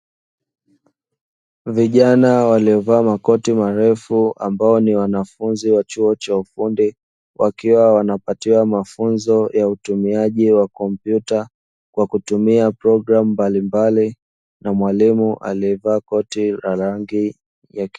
Vijana waliovaa makoti marefu ambao ni wanafunzi wa chuo cha ufundi, wakiwa wanapatiwa mafunzo ya utumiaji wa kompyuta kwa kutumia programu mbalimbali na mwalimu aliyevaa koti la rangi ya kijani.